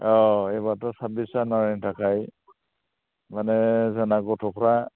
औ एबारथ' साब्बिस जानुवारिनि थाखाय माने जोंना गथ'फ्रा